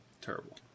terrible